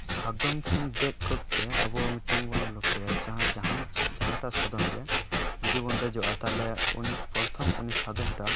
ᱥᱟᱫᱚᱢ ᱴᱷᱮᱱ ᱫᱮᱡ ᱠᱚᱨᱛᱮ ᱟᱵᱚ ᱢᱤᱫᱴᱟᱝ ᱵᱚᱱ ᱞᱳᱠᱠᱷᱚᱭᱟ ᱡᱮ ᱡᱟᱦᱟᱱᱤᱡ ᱡᱟᱦᱟᱭᱴᱟᱡ ᱥᱟᱫᱚᱢᱜᱮ ᱡᱩᱫᱤᱵᱚᱱ ᱫᱮᱡᱚᱜᱼᱟ ᱛᱟᱦᱚᱞᱮ ᱩᱱᱤ ᱯᱚᱨᱛᱷᱚᱱ ᱩᱱᱤ ᱥᱟᱫᱚᱢ ᱴᱟᱜ